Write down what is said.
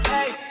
Hey